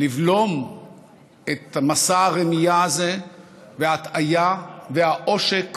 לבלום את מסע הרמייה הזה וההטעיה והעושק